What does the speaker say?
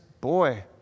boy